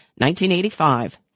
1985